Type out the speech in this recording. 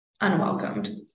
unwelcomed